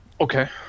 Okay